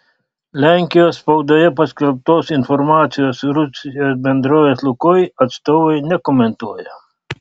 lenkijos spaudoje paskelbtos informacijos rusijos bendrovės lukoil atstovai nekomentuoja